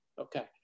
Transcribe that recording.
okay